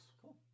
Cool